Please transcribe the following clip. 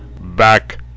Back